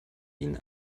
ihnen